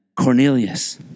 Cornelius